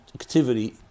activity